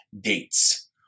dates